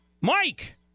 Mike